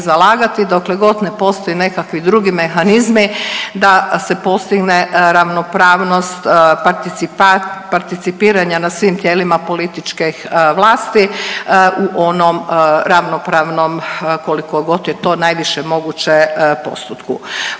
dokle god ne postoje nekakvi drugi mehanizmi da se postigne ravnopravnost participiranja na svim tijelima političkih vlasti u onom ravnopravnom koliko god je to najviše moguće postotku.